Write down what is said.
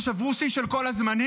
ששברו שיא של כל הזמנים,